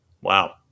Wow